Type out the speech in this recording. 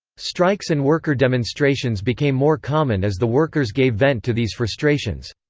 strikes and worker demonstrations became more common as the workers gave vent to these frustrations.